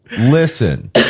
listen